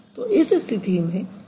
तो इस स्थिति में बुक एक क्रिया है